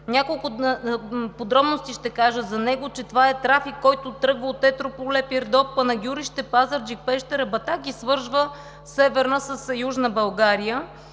Няколко подробности ще кажа за него: това е трафик, който тръгва от Етрополе, Пирдоп, Панагюрище, Пазарджик, Пещера, Батак и свързва Северна с Южна България.